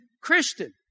Christian